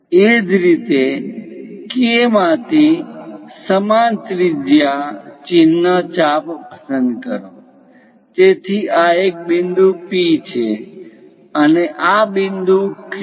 એ જ રીતે K માંથી સમાન ત્રિજ્યા ચિહ્ન ચાપ પસંદ કરો તેથી આ એક બિંદુ P છે અને આ બિંદુ Q